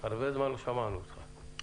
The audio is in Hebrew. הרבה זמן לא שמענו אותך,